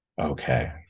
okay